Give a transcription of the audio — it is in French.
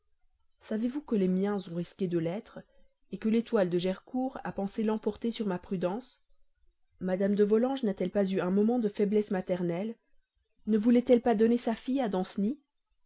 savez-vous que les miens ont risqué de l'être que l'étoile de gercourt a pensé l'emporter sur ma prudence mme de volanges n'a-t-elle pas eu un moment de faiblesse maternelle ne voulait-elle pas donner sa fille à danceny